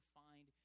find